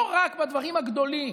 לא רק בדברים הגדולים,